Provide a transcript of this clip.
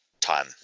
time